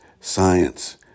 science